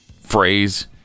phrase